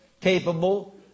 capable